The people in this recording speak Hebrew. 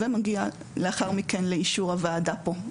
זה מגיע לאחר מכן לאישור הוועדה פה.